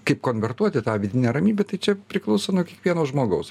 kaip konvertuot į tą vidinę ramybę tai čia priklauso nuo kiekvieno žmogaus